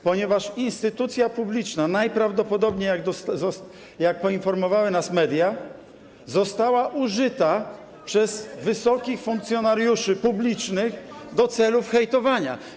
Ponieważ instytucja publiczna najprawdopodobniej, jak poinformowały nas media, została użyta przez wysokich funkcjonariuszy publicznych do celów hejtowania.